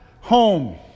home